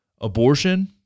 Abortion